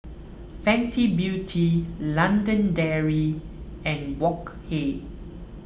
Fenty Beauty London Dairy and Wok Hey